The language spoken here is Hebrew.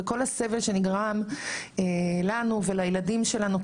וכל הסבל שנגרם לנו ולילדים שלנו,